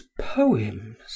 poems